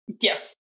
Yes